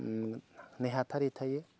नेहाथारि थायो